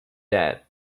that